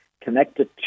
Connected